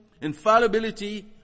infallibility